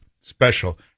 special